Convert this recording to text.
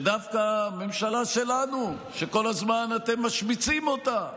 שדווקא הממשלה שלנו, שכל הזמן אתם משמיצים אותה,